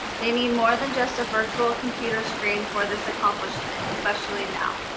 they need more than just a virtual computer screen for this accomplishment, especially now.